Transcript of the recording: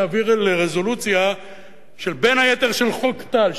להעביר לרזולוציה בין היתר של חוק טל.